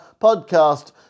podcast